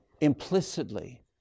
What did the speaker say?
implicitly